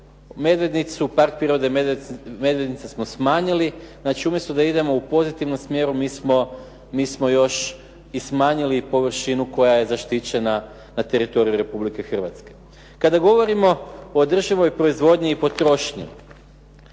Medvednicu, Park prirode Medvednica smo smanjili. Znači umjesto da idemo u pozitivnom smjeru mi smo još i smanjili površinu koja je zaštićena na teritoriju Republike Hrvatske. Kada govorimo o održivoj proizvodnji i potrošnji,